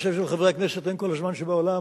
אני חושב שלחברי הכנסת אין כל הזמן שבעולם,